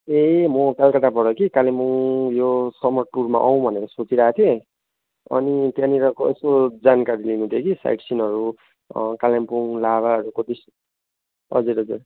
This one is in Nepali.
ए म कलकत्ताबाट कि कालिम्पोङमा यो समर टुर आउँ भनेर सोचिरहेको थिएँ अनि त्यहाँनिर कस्तो जानकारी लिनु थियो कि साइटसिनहरू कालिम्पोङ लाभाहरूको विषय हजुर हजुर